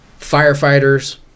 firefighters